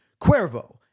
Cuervo